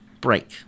break